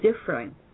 different